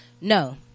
No